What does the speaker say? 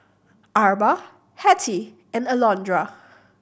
Arba Hettie and Alondra